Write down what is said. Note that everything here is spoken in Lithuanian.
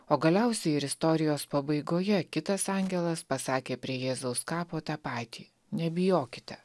o galiausiai ir istorijos pabaigoje kitas angelas pasakė prie jėzaus kapo tą patį nebijokite